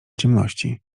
ciemności